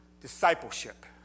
discipleship